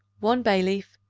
one bay-leaf,